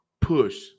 push